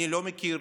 אני לא מכיר